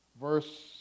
verse